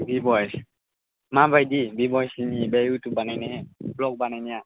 बि बयस मा बायदि बि बयसनि बे इउटुब बानायनाय भ्ल'ग बानायनाया